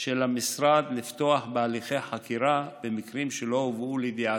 של המשרד לפתוח בהליכי חקירה במקרים שלא הובאו לידיעתו,